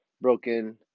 broken